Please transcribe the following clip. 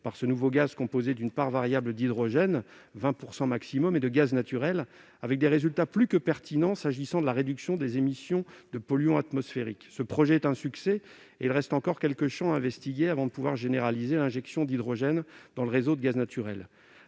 par un nouveau gaz, composé d'une part variable d'hydrogène- à hauteur de 20 % au maximum -et de gaz naturel, avec des résultats plus que pertinents en termes de réduction des émissions de polluants atmosphériques. Ce projet est un succès, même s'il reste quelques champs à examiner avant de pouvoir généraliser l'injection d'hydrogène dans le réseau de gaz naturel.